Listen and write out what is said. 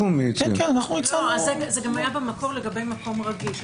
גם היה במקור לגבי מקום רגיש.